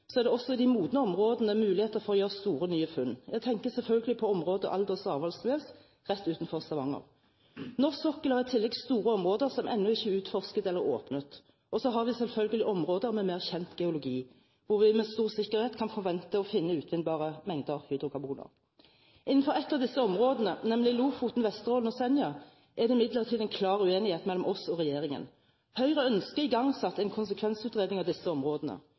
er det også i de modne områdene muligheter for å gjøre store, nye funn. Jeg tenker selvfølgelig på området Aldous/Avaldsnes rett utenfor Stavanger. Norsk sokkel har i tillegg store områder som ennå ikke er utforsket eller åpnet. Og så har vi selvfølgelig områder med mer kjent geologi, hvor vi med stor sikkerhet kan forvente å finne utvinnbare mengder hydrokarboner. Innenfor et av disse områdene, nemlig Lofoten, Vesterålen og Senja er det imidlertid en klar uenighet mellom oss og regjeringen. Høyre ønsker igangsatt en konsekvensutredning av disse områdene.